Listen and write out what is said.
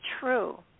true